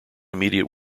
immediate